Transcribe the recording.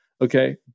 okay